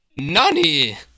Nani